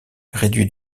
réduit